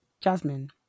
Jasmine